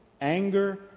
anger